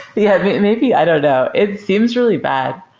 yeah, maybe. i don't know. it seems really bad.